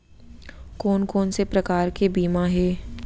कोन कोन से प्रकार के बीमा हे?